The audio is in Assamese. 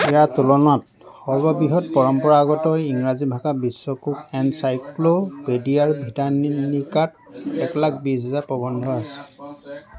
ইয়াৰ তুলনাত সৰ্ববৃহৎ পৰম্পৰাগত ইংৰাজী ভাষাৰ বিশ্বকোষ এনচাইক্ল'পেডিয়া ব্ৰিটানিকাত এক লাখ বিশ হাজাৰ প্ৰবন্ধ আছে